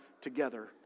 together